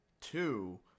two